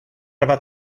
about